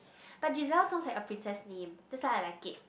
but Giselle sounds like a princess name that's why I like it